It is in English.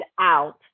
out